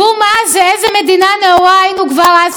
איזו מדינה נאורה היינו כבר אז כשקמנו,